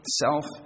self